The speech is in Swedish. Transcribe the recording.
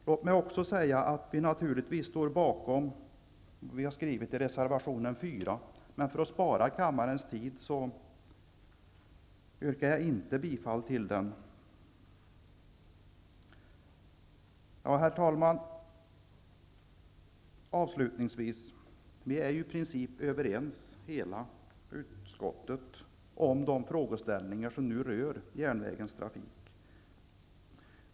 Naturligtvis står vi också fast vid vad vi har skrivit i reservation nr 4, men för att spara på kammarens tid avstår jag från att yrka bifall till den reservationen. Herr talman! Avslutningsvis vill jag säga att hela utskottet i princip är överens i de frågor inom järnvägstrafiken som vi nu behandlar.